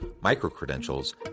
micro-credentials